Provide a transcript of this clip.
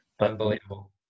Unbelievable